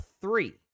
three